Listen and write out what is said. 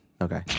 Okay